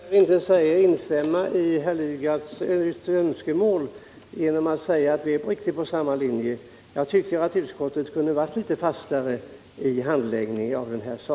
Herr talman! Jag kan tyvärr inte instämma med herr Lidgard genom att säga att vi är på samma linje. Jag tycker att utskottet kunde ha varit litet fastare i handläggningen av denna fråga.